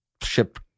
ship